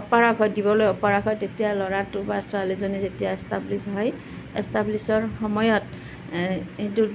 অপাৰগ হয় দিবলৈ অপাৰগ হয় তেতিয়া ল'ৰাটো বা ছোৱালীজনী যেতিয়া এষ্টাব্লিছড হয় এষ্টাব্লিছডৰ সময়ত এইটোত